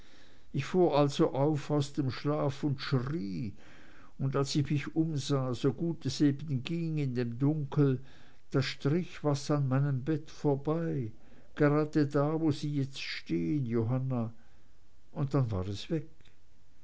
ich fuhr also auf aus dem schlaf und schrie und als ich mich umsah so gut es eben ging in dem dunkel da strich was an meinem bett vorbei gerade da wo sie jetzt stehen johanna und dann war es weg